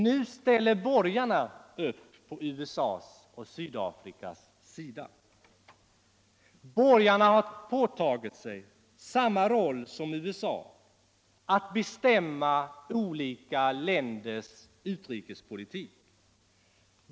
Nu ställer borgarna upp på USA:s och Sydafrikas sida. Borgarna har påtagit sig samma roll som USA — att bestämma olika länders utrikespolitik.